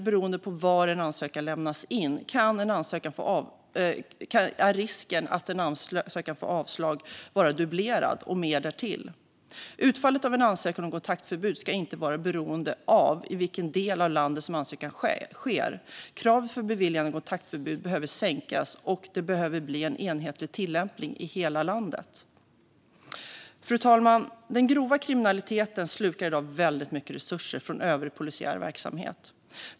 Beroende på var en ansökan lämnas in kan risken att få avslag dubbleras och mer därtill. Utfallet av en ansökan om kontaktförbud ska inte vara beroende av i vilken del av landet ansökan sker. Kraven för beviljande av kontaktförbud behöver sänkas, och det behöver bli en enhetlig tillämpning i hela landet. Fru talman! Den grova kriminaliteten slukar i dag väldigt mycket resurser från övrig polisiär verksamhet.